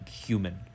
human